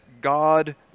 God